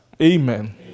Amen